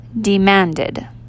Demanded